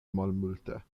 malmulte